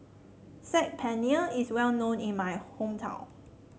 Saag Paneer is well known in my hometown